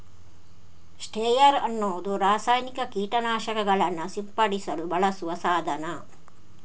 sprayer ಅನ್ನುದು ರಾಸಾಯನಿಕ ಕೀಟ ನಾಶಕಗಳನ್ನ ಸಿಂಪಡಿಸಲು ಬಳಸುವ ಸಾಧನ